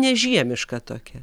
nežiemiška tokia